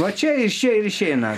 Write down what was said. va čia iš čia ir išeina